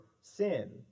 sin